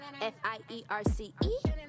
f-i-e-r-c-e